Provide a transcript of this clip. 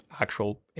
actual